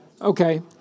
Okay